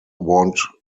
want